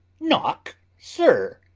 knock, sir!